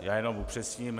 Já jenom upřesním.